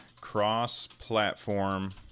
cross-platform